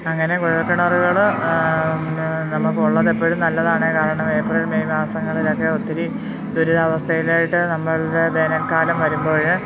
അങ്ങനെ കുഴല്ക്കിണറുകള് നമുക്കുള്ളത് എപ്പോഴും നല്ലതാണ് കാരണം ഏപ്രിൽ മെയ് മാസങ്ങളിലൊക്കെ ഒത്തിരി ദുരിതാവസ്ഥയിലായിട്ട് നമ്മുടെ വേനല്ക്കാലം വരുമ്പോള്